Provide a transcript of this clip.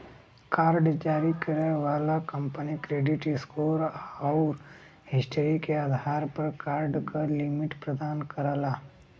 card जारी करे वाला कंपनी क्रेडिट स्कोर आउर हिस्ट्री के आधार पर कार्ड क लिमिट प्रदान करला